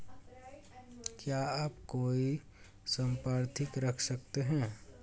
क्या आप कोई संपार्श्विक रख सकते हैं?